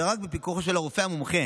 ורק בפיקוחו של הרופא המומחה